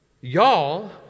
Y'all